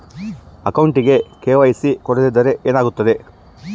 ಅಕೌಂಟಗೆ ಕೆ.ವೈ.ಸಿ ಕೊಡದಿದ್ದರೆ ಏನಾಗುತ್ತೆ?